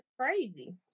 crazy